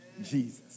Jesus